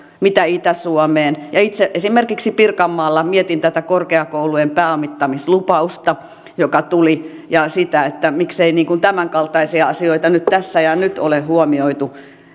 mitä itä suomeen ja itse esimerkiksi pirkanmaalla mietin tätä korkeakoulujen pääomittamislupausta joka tuli ja sitä miksei tämänkaltaisia asioita tässä ja nyt ole huomioitu